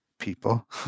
people